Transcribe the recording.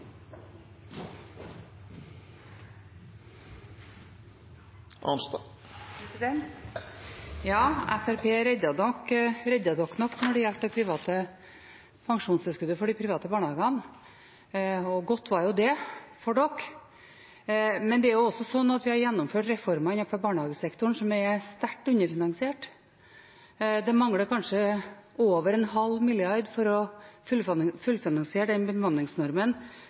for. Ja, Fremskrittspartiet reddet nok Venstre når det gjaldt det private pensjonstilskuddet for de private barnehagene, og godt var det for dem. Men det er også slik at vi har gjennomført reformer innenfor barnehagesektoren som er sterkt underfinansiert. Det mangler kanskje over en halv milliard for å fullfinansiere den bemanningsnormen